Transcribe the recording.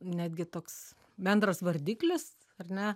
netgi toks bendras vardiklis ar ne